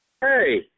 Hey